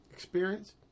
experience